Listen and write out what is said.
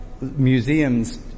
museums